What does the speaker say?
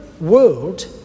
world